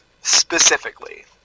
specifically